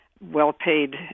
well-paid